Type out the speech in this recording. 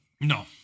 No